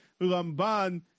Ramban